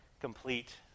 complete